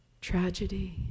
tragedy